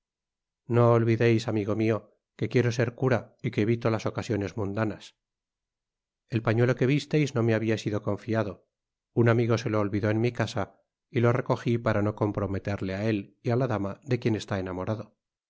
no olvideis amigo mio que quiero ser cura y que evito las ocasiones mundanas et pañuelo que visteis no me habia sido confiado un amigo se lo olvidó en mi casa y lo recoji para no comprometerle á él y á la dama de quien está enamorado